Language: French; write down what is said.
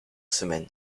semaine